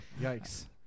yikes